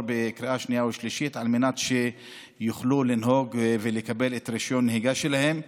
בקריאה שנייה ושלישית כדי שיוכלו לנהוג ולקבל את רישיון הנהיגה שלהם.